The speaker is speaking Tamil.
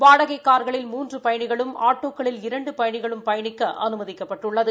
வாடகை கார்களில் மூன்று பயணிகளும் ஆட்டோக்களில் இரண்டு பயணிகளும் பயணிக்க அனுமதிக்கப்பட்டுள்ளது